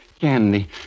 Candy